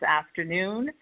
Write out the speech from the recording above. afternoon